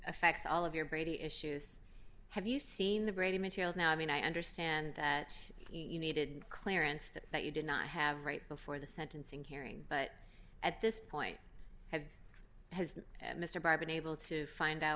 affects all of your brady issues have you seen the brady materials now i mean i understand that you needed clearance that that you did not have right before the sentencing hearing but at this point had has that and mr by been able to find out